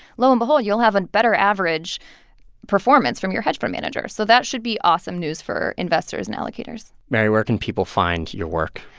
lo and behold, you'll have a better average performance from your hedge fund manager. so that should be awesome news for investors and allocators mary, where can people find your work?